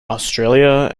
australia